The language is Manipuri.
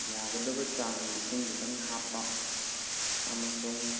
ꯌꯥꯒꯗꯕ ꯆꯥꯡꯒꯤ ꯏꯁꯤꯡꯗꯨꯗꯪ ꯍꯥꯞꯄ ꯑꯃꯁꯨꯡ